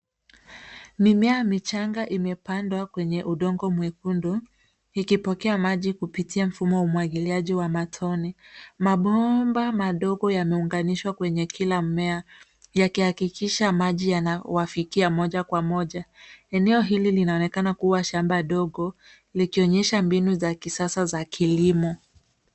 Mimea michanga imepandwa kwenye udongo mwekundu, ikipokea maji kupitia mfumo wa umwagiliaji wa matone. Mabomba madogo yameunganishwa kwenye kila mmea, yakihakikisha maji yanawafikia moja kwa moja. Eneo hili linaonekana kuwa shamba dogo, likionyesha mbinu za kisasa za kilimo.